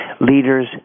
Leaders